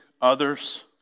others